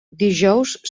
dijous